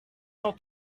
cent